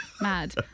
mad